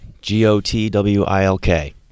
g-o-t-w-i-l-k